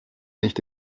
nicht